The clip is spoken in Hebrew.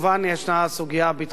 ישנה הסוגיה הביטחונית,